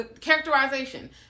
Characterization